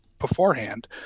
beforehand